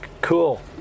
Cool